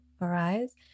arise